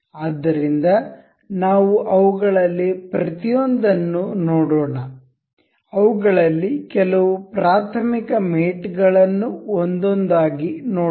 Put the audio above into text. ಆದ್ದರಿಂದ ನಾವು ಅವುಗಳಲ್ಲಿ ಪ್ರತಿಯೊಂದನ್ನು ನೋಡೋಣ ಅವುಗಳಲ್ಲಿ ಕೆಲವು ಪ್ರಾಥಮಿಕ ಮೇಟ್ ಗಳನ್ನು ಒಂದೊಂದಾಗಿ ನೋಡೋಣ